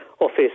office